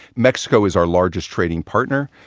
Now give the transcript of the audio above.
mexico is our largest trading partner,